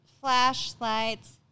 flashlights